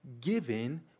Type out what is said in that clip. Given